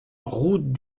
route